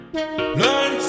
Learn